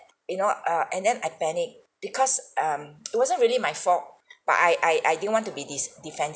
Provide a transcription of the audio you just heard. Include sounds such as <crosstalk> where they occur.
you know uh and then I panic because um <noise> it wasn't really my fault but I I I didn't want to be des~ defensive